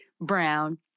brown